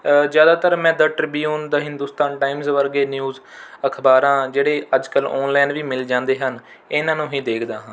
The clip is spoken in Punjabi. ਜ਼ਿਆਦਾਤਰ ਮੈਂ the Tribune the Hindustan Times ਵਰਗੇ ਨਿਊਜ ਅਖਬਾਰਾਂ ਜਿਹੜੇ ਅੱਜ ਕੱਲ੍ਹ ਆਨਲਾਈਨ ਵੀ ਮਿਲ ਜਾਂਦੇ ਹਨ ਇਨ੍ਹਾਂ ਨੂੰ ਹੀ ਦੇਖਦਾ ਹਾਂ